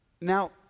Now